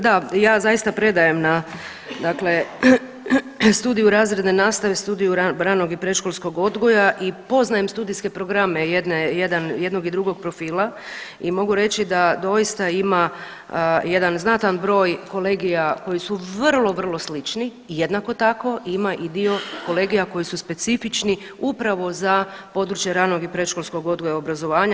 Da, ja zaista predajem na dakle studiju razredne nastave, studiju ranog i predškolskog odgoja i poznajem studijske programe jednog i drugog profila i mogu reći da doista ima jedan znatan broj kolegija koji su vrlo, vrlo slični, jednako tako ima i dio kolegija koji su specifični upravo za područje ranog i predškolskog odgoja i obrazovanja.